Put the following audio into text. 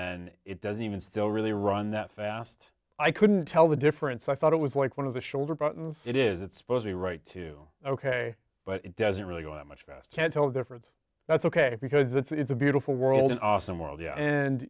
then it doesn't even still really run that fast i couldn't tell the difference i thought it was like one of the shoulder buttons it is it's supposed to write to ok but it doesn't really go out much fast can't tell the difference that's ok because it's a beautiful world an awesome world and